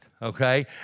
okay